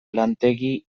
lantegi